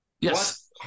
Yes